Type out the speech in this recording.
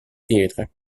pietre